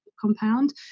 compound